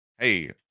hey